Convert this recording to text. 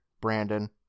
Brandon